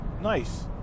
Nice